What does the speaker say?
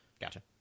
Gotcha